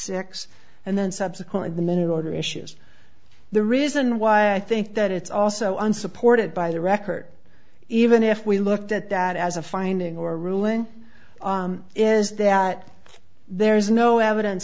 six and then subsequent the minute order issues the reason why i think that it's also unsupported by the record even if we looked at that as a finding or a ruling is that there is no evidence